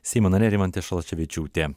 seimo narė rimantė šalaševičiūtė